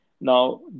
Now